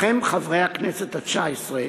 לכם, חברי הכנסת התשע-עשרה,